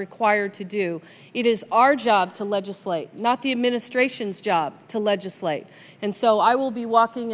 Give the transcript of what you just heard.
required to do it is our job to legislate not the administration's job to legislate and so i will be walking